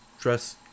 dress